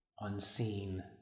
unseen